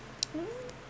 hmm